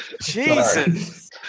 Jesus